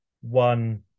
One